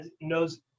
knows